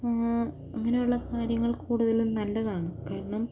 അങ്ങനെയുള്ള കാര്യങ്ങൾ കൂടുതലും നല്ലതാണ് കാരണം